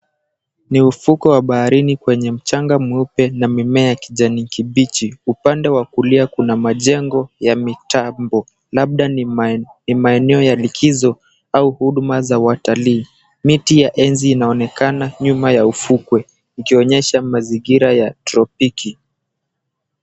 Ni ufuko wa baharini kwenye mchanga mweupe na mimea ya kijani kibichi. Upande wa kulia kuna majengo ya mitambo labda ni maeneo ya likizo au huduma za watalii. Miti ya enzi inaonekana nyuma ya ufukwe ikionyesha mazingira ya tropiki.